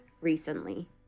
recently